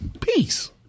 Peace